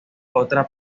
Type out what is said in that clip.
otra